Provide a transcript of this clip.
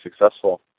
successful